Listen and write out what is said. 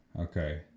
okay